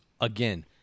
again